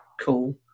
cool